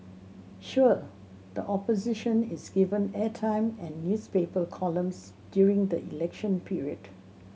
sure the opposition is given airtime and newspaper columns during the election period